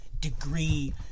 degree